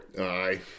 Aye